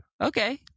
Okay